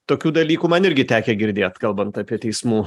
tokių dalykų man irgi tekę girdėt kalbant apie teismų